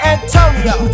Antonio